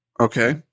Okay